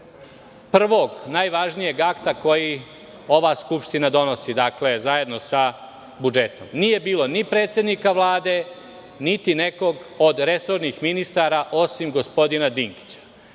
prvog, najvažnijeg akta koji ova Skupština donosi zajedno sa budžetom. Nije bilo ni predsednika Vlade, niti nekog od resornih ministara, osim gospodina